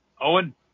Owen